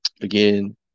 again